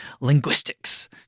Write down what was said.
linguistics